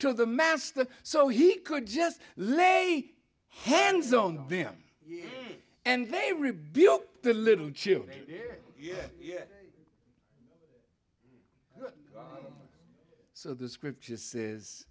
to the master so he could just lay hands on them and they rebuilt the little children yeah yeah yeah so the scripture says